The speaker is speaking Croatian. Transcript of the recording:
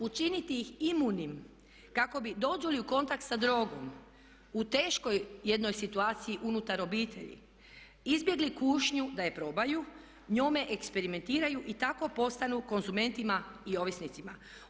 Učiniti ih imunim kako bi dođu li u kontakt sa drogom u teškoj jednoj situaciji unutar obitelji izbjegli kušnju da je probaju, njome eksperimentiraju i tako postanu konzumentima i ovisnicima.